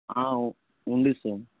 ఉంది సార్